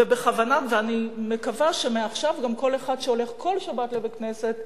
ואני מקווה שמעכשיו גם כל אחד שהולך כל שבת לבית-הכנסת